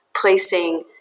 placing